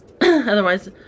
Otherwise